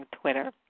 Twitter